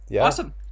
Awesome